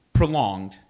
Prolonged